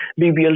BBL